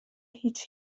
هیچ